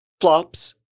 flops